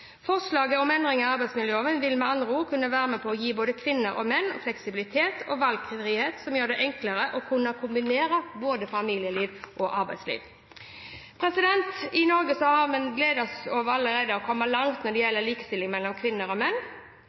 om endringer i arbeidsmiljøloven vil med andre ord kunne være med på å gi både kvinner og menn fleksibilitet og valgfrihet som gjør det enklere å kombinere familieliv med arbeidsliv. I Norge kan vi glede oss over allerede å ha kommet langt når det gjelder likestilling mellom kvinner og menn.